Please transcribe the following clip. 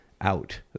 out